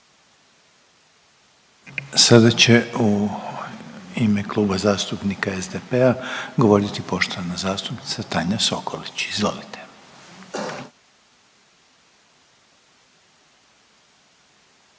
Sada će u ime Kluba zastupnika SDP-a govoriti poštovana zastupnica Tanja Sokolić, izvolite.